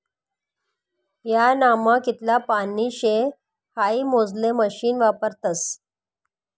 ह्यानामा कितलं पानी शे हाई मोजाले मशीन वापरतस